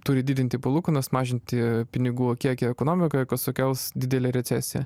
turi didinti palūkanas mažinti pinigų kiekį ekonomikoj kas sukels didelę recesiją